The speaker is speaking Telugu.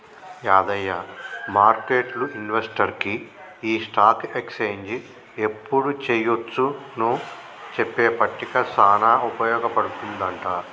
యాదయ్య మార్కెట్లు ఇన్వెస్టర్కి ఈ స్టాక్ ఎక్స్చేంజ్ ఎప్పుడు చెయ్యొచ్చు నో చెప్పే పట్టిక సానా ఉపయోగ పడుతుందంట